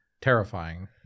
terrifying